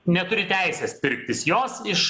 neturi teisės pirktis jos iš